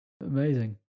Amazing